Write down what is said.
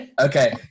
Okay